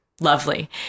lovely